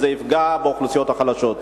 כי זה יפגע באוכלוסיות החלשות.